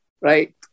right